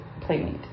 playmate